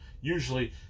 usually